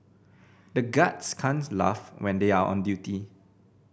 the guards can't laugh when they are on duty